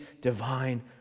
divine